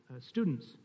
students